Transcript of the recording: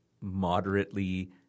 moderately